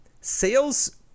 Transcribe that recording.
Sales